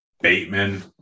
Bateman